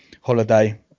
holiday